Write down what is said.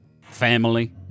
family